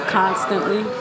constantly